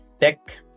tech